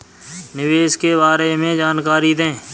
निवेश के बारे में जानकारी दें?